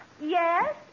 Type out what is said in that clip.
Yes